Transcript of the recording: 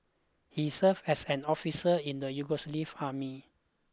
he served as an officer in the Yugoslav army